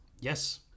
Yes